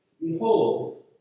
Behold